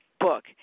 book